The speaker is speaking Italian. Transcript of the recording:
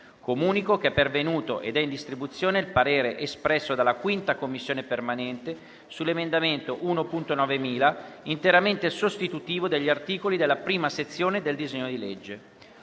Comunico che è pervenuto ed è in distribuzione il parere espresso dalla 5a Commissione permanente sull'emendamento 1.9000, interamente sostitutivo degli articoli della prima sezione del disegno di legge.